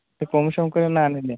কম সম করে না নিলে